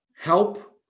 help